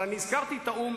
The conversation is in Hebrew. אבל אני הזכרתי את האו"ם,